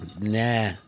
nah